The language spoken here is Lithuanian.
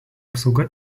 apsauga